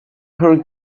her